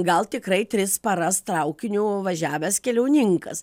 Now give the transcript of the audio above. gal tikrai tris paras traukiniu važiavęs keliauninkas